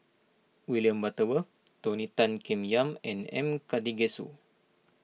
William Butterworth Tony Tan Keng Yam and M Karthigesu